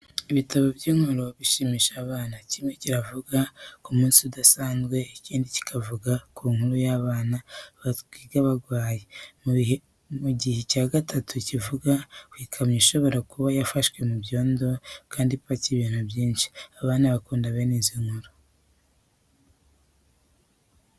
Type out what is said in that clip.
Ibitabo by'inkuru zishimisha abana, kimwe kiravuga ku munsi udasanzwe, ikindi kikavuga ku nkuru y'abana ba Twiga barwaye mu gihe icya gatatu kivuga ku ikamyo ishobora kuba yafashwe mu byondo kandi ipakiye ibintu byinshi. Abana bakunda bene izi nkuru.